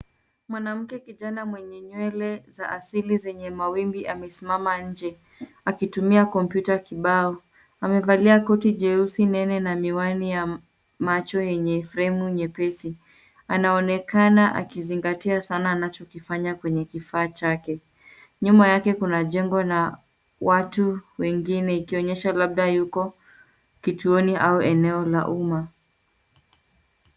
Mwanamke kijana mwenye nywele za asili zenye mawimbi amesimama nje akitumia kompyuta kibao. Amevalia koti jeusi nene na miwani ya macho yenye fremu nyepesi. Anaonekana akizingatia sana anachokifanya kwenye kifaa chake. Nyuma yake kuna jengo na watu wengine ikionyesha labda yuko kituoni au eneo la umma.